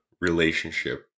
relationship